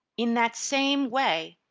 in that same way,